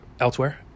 elsewhere